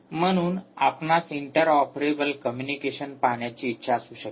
म्हणून आपणास interoperable communication पहाण्याची इच्छा असू शकते